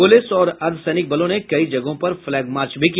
police और अर्द्वसैनिक बलों ने कई जगहों पर फ्लैग मार्च भी किया